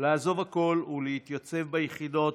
לעזוב הכול ולהתייצב ביחידות